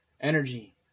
energy